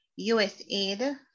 USAID